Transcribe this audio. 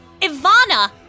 Ivana